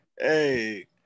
Hey